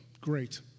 great